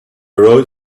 rode